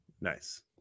nice